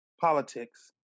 politics